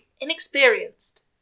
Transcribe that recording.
inexperienced